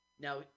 Now